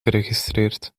geregistreerd